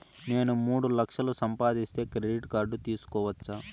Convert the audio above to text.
నేను మూడు లక్షలు సంపాదిస్తే క్రెడిట్ కార్డు తీసుకోవచ్చా?